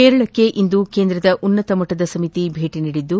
ಕೇರಳಕ್ಕೆ ಇಂದು ಕೇಂದ್ರದ ಉನ್ನತ ಮಟ್ಲದ ಸಮಿತಿ ಭೇಟಿ ನೀಡಿದ್ದು